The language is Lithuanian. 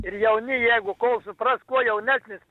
ir jauni jeigu kol supras kuo jaunesnis